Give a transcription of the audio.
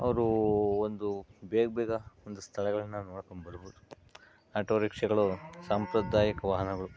ಅವರು ಒಂದು ಬೇಗ ಬೇಗ ಒಂದು ಸ್ಥಳಗಳನ್ನು ನೋಡ್ಕೊಂಡು ಬರ್ಬೋದು ಆಟೋ ರಿಕ್ಷಾಗಳು ಸಾಂಪ್ರದಾಯಿಕ ವಾಹನಗಳು